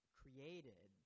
created